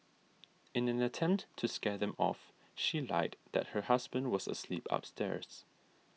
in an attempt to scare them off she lied that her husband was asleep upstairs